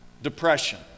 Depression